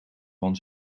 van